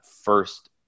first